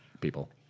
people